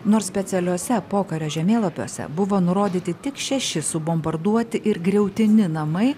nors specialiuose pokario žemėlapiuose buvo nurodyti tik šeši subombarduoti ir griautini namai